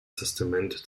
testament